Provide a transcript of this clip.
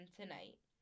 tonight